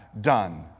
done